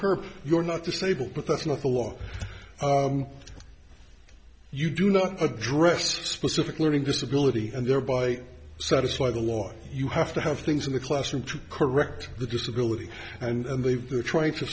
curb your not disabled but that's not the law you do not address specific learning disability and thereby satisfy the law you have to have things in the classroom to correct the disability and they've been trying to